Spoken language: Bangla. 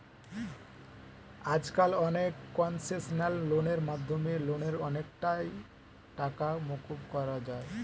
আজকাল অনেক কনসেশনাল লোনের মাধ্যমে লোনের অনেকটা টাকাই মকুব করা যায়